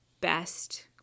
best